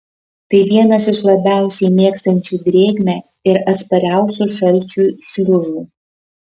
tai vienas iš labiausiai mėgstančių drėgmę ir atspariausių šalčiui šliužų